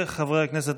חברי הכנסת,